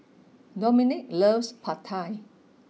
Domenic loves Pad Thai